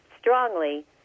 strongly